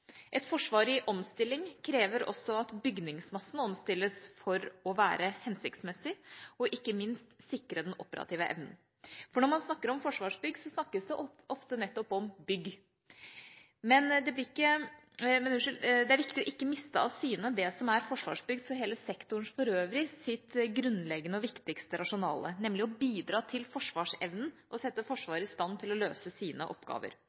Et forsvar i omstilling krever også at bygningsmassen omstilles for å være hensiktsmessig og ikke minst sikre den operative evnen. Når man snakker om Forsvarsbygg, snakkes det nettopp ofte om bygg. Men det er viktig ikke å miste av syne det som er det grunnleggende og viktigste rasjonale for Forsvarsbygg og hele sektoren for øvrig, nemlig å bidra til forsvarsevnen og å sette Forsvaret i stand til å løse sine oppgaver.